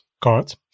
card